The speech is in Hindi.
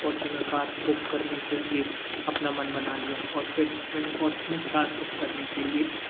फोर्चुनर कार बुक करने के लिए अपना मन बना लिया और फिर मैंने फोर्चुनर कार बुक करने के लिए